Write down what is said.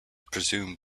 presumed